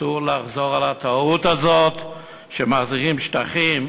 שאסור לחזור על הטעות הזאת, שמחזירים שטחים.